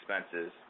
expenses